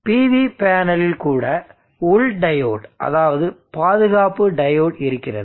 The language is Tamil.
PV பேனலில் கூட உள் டையோடு அதாவது பாதுகாப்பு டையோடு இருக்கிறது